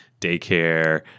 daycare